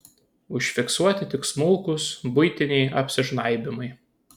užfiksuoti tik smulkūs buitiniai apsižnaibymai